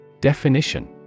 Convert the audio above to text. Definition